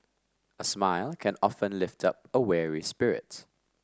a smile can often lift up a weary spirit